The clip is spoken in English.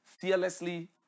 fearlessly